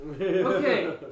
Okay